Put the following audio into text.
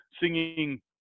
singing